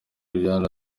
liliane